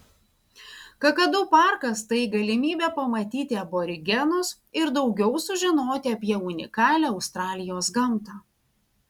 kakadu parkas tai galimybė pamatyti aborigenus ir daugiau sužinoti apie unikalią australijos gamtą